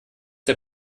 der